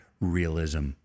realism